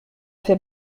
fait